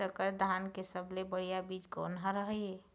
संकर धान के सबले बढ़िया बीज कोन हर ये?